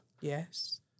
Yes